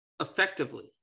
effectively